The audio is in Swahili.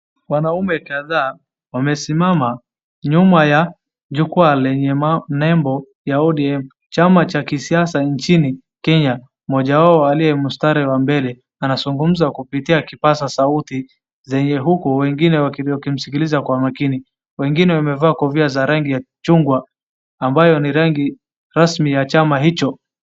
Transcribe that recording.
wanaume kadhaa wamesimama nyuma ya jukwaa lenye nembo ya ODM, chama cha kisiasa nchini Kenya. Mmoja wao aliyemstari wa mbele anazungumza kupitia kipaza sauti zenye huku wengine wakimsikiliza kwa makini. Wengine wamevaa kofia za rangi ya chungwa ambayo ni rangi rasmi ya chama hicho.